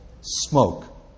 smoke